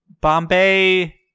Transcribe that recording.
Bombay